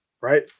right